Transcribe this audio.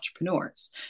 entrepreneurs